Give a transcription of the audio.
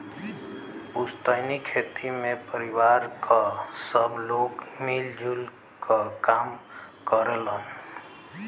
पुस्तैनी खेती में परिवार क सब लोग मिल जुल क काम करलन